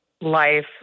life